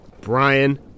Brian